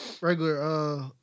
Regular